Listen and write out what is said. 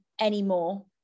anymore